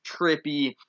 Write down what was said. trippy